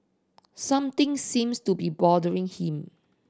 something seems to be bothering him